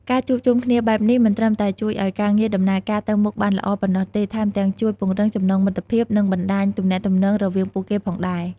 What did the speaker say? ការជួបជុំគ្នាបែបនេះមិនត្រឹមតែជួយឱ្យការងារដំណើរការទៅមុខបានល្អប៉ុណ្ណោះទេ ថែមទាំងជួយពង្រឹងចំណងមិត្តភាព និងបណ្ដាញទំនាក់ទំនងរវាងពួកគេផងដែរ។